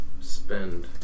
spend